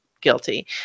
guilty